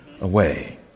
away